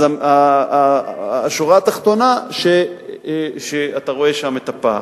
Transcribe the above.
אז השורה התחתונה היא שאתה רואה שם את הפער.